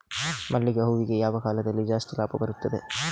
ಮಲ್ಲಿಗೆ ಹೂವಿಗೆ ಯಾವ ಕಾಲದಲ್ಲಿ ಜಾಸ್ತಿ ಲಾಭ ಬರುತ್ತದೆ?